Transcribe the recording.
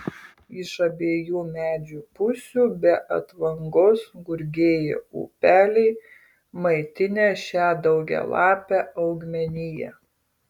iš abiejų medžių pusių be atvangos gurgėjo upeliai maitinę šią daugialapę augmeniją